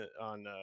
on